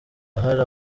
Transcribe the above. ahari